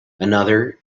another